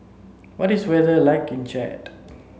what is the weather like in Chad